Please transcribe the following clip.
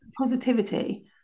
positivity